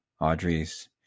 Audrey's